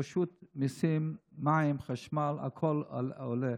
פשוט מיסים של מים, חשמל, הכול עולה.